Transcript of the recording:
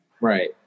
Right